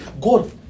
God